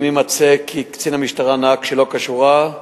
אם יימצא כי קצין המשטרה נהג שלא כשורה,